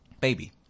baby